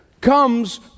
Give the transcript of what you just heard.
comes